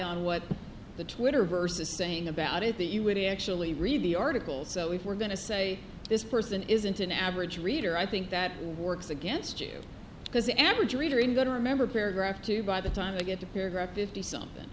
on what the twitter verse is saying about it that you would actually read the article so if we're going to say this person isn't an average reader i think that works against you because the average reader in good remember paragraph two by the time they get to paragraph fifty something